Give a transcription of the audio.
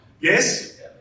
Yes